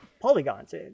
polygons